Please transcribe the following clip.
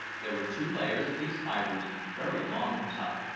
there were two layers of these fibres, very long and tough,